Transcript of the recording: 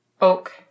Oak